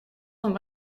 van